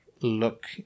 look